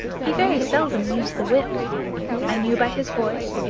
he very seldom used the whip i knew by his voice,